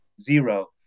zero